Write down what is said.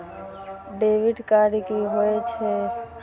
Debit card की होय छे?